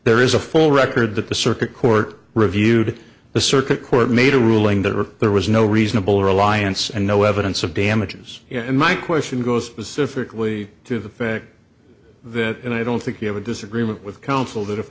there is a full record that the circuit court reviewed the circuit court made a ruling that or there was no reasonable reliance and no evidence of damages and my question goes pacifically to the fact that i don't think you have a disagreement with counsel that if